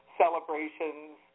celebrations